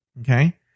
Okay